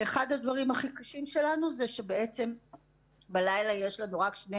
אחד הדברים הכי קשים שלנו הוא שבעצם בלילה יש לנו רק שני